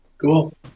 Cool